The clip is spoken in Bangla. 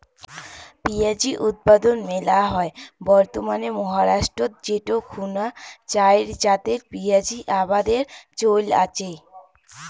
পিঁয়াজী উৎপাদন মেলা হয় বর্তমানে মহারাষ্ট্রত যেটো খুনা চাইর জাতের পিয়াঁজী আবাদের চইল আচে